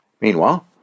Meanwhile